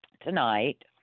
tonight